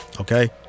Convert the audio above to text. okay